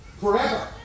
forever